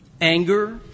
anger